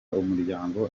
umuryango